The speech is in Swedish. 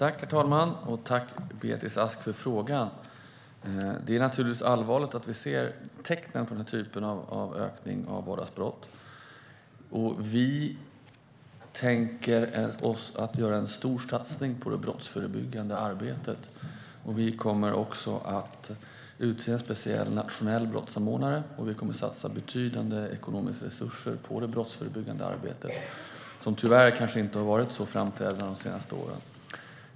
Herr talman! Tack, Beatrice Ask, för frågan! Det är naturligtvis allvarligt att vi ser tecken på den här typen av ökning av vardagsbrott. Vi tänker göra en stor satsning på det brottsförebyggande arbetet. Vi kommer också att utse en nationell brottssamordnare och satsa betydande ekonomiska resurser på det brottsförebyggande arbetet, som tyvärr kanske inte har varit så framträdande de senaste åren.